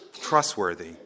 trustworthy